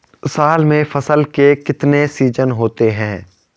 साल में फसल के कितने सीजन होते हैं?